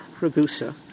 Ragusa